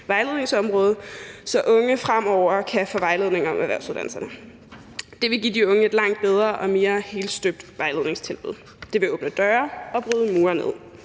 så unge fremover kan få vejledning om erhvervsuddannelserne. Det vil give de unge et langt bedre og mere helstøbt vejledningstilbud. Det vil åbne døre og bryde mure ned.